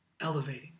elevating